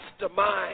mastermind